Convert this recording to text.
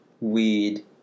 weed